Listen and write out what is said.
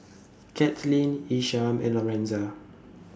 Kathlene Isham and Lorenza